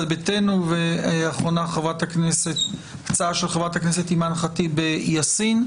ביתנו ואחרונה ההצעה של חברת הכנסת אימאן ח'טיב יאסין.